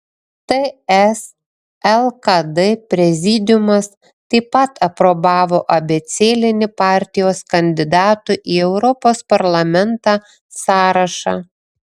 ts lkd prezidiumas taip pat aprobavo abėcėlinį partijos kandidatų į europos parlamentą sąrašą